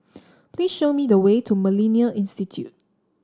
please show me the way to MillenniA Institute